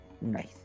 Nice